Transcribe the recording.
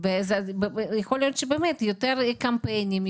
יכול להיות שיותר קמפיינים,